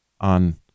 on